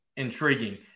intriguing